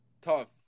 tough